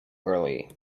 early